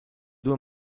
due